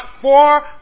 four